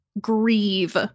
grieve